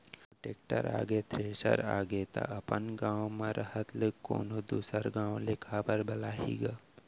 जब तोर टेक्टर आगे, थेरेसर आगे त अपन गॉंव म रहत ले कोनों दूसर गॉंव ले काबर बलाही गा?